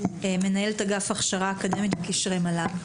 מנהלת אגף הכשרה אקדמית וקשרי מל"ג,